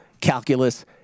calculus